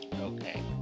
Okay